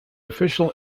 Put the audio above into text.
official